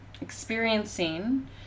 experiencing